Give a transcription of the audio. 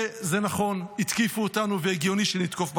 וזה נכון, התקיפו אותנו והגיוני שנתקוף בחזרה.